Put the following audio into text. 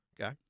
Okay